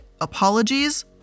apologies